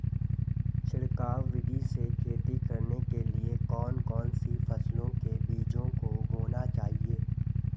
छिड़काव विधि से खेती करने के लिए कौन कौन सी फसलों के बीजों को बोना चाहिए?